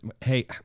hey